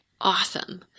Awesome